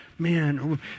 man